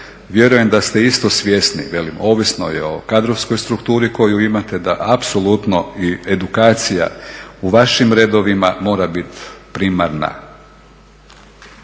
Vjerujem da ste isto svjesni, velim ovisno je o kadrovskoj strukturi koju imate da apsolutno i edukacija u vašim redovima mora biti primarna.